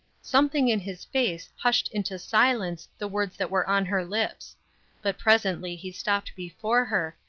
something in his face hushed into silence the words that were on her lips but presently he stopped before her,